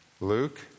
Luke